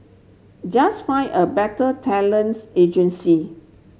just find a better talents agency